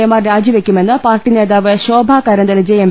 A മാർ രാജിവെക്കുമെന്ന് പാർട്ടി നേതാവ് ശോഭ കരന്തലജെ എം